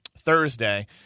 Thursday